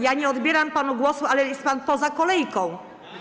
Ja nie odbieram panu głosu, ale jest pan poza kolejką.